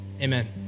Amen